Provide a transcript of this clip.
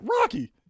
Rocky